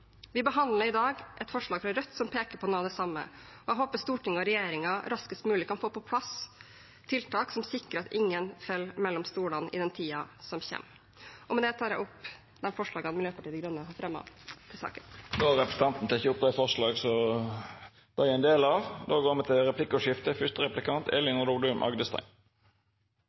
noe av det samme, og jeg håper at Stortinget og regjeringen raskest mulig kan få på plass tiltak som sikrer at ingen faller mellom stoler i tiden som kommer. Med det tar jeg opp de forslagene Miljøpartiet De Grønne har fremmet. Representanten Une Bastholm har teke opp dei forslaga ho refererte til. Det vert replikkordskifte. Det er viktig å bruke den omstillingen vi står oppe i, til